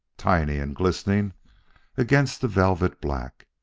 tiny and glistening against the velvet black.